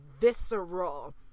visceral